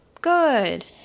Good